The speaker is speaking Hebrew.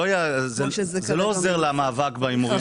זה לא עוזר למאבק בהימורים הלא חוקיים.